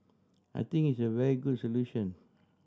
I think it's a very good solution